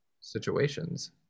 situations